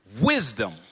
wisdom